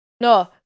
No